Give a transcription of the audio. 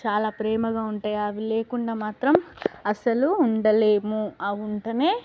చాలా ప్రేమగా ఉంటాయి అవి లేకుండా మాత్రం అస్సలు ఉండలేము అవి ఉంటేనే